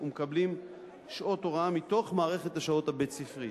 ומקבלים שעות הוראה מתוך מערכת השעות הבית-ספרית.